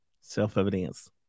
Self-evidence